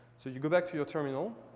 so you go back to your terminal.